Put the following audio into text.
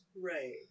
Right